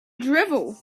drivel